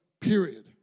Period